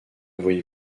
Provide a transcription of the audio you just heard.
voyez